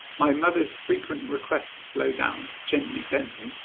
my mother's frequent request to slow down, gently bentley,